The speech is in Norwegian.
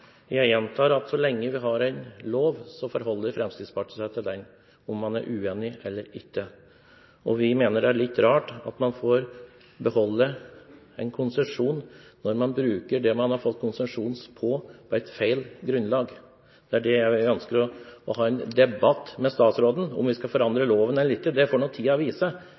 gjentar at så lenge vi har en lov, forholder Fremskrittspartiet seg til den, om man er uenig eller ikke. Vi mener det er litt rart at man får beholde en konsesjon når man bruker det man har fått konsesjonen til, på feil grunnlag. Det er det jeg ønsker å ha en debatt med statsråden om. Om vi skal forandre loven eller ikke, får tiden vise, men jeg synes det